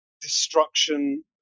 destruction